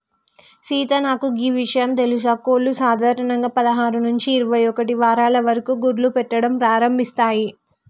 సీత నాకు గీ ఇషయం తెలుసా కోళ్లు సాధారణంగా పదహారు నుంచి ఇరవై ఒక్కటి వారాల వరకు గుడ్లు పెట్టడం ప్రారంభిస్తాయి